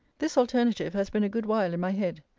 this alternative has been a good while in my head.